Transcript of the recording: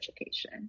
education